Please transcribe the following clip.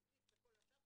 אנגלית וכל השאר,